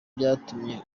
byatumye